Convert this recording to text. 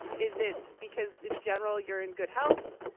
is it because in general you're in good health?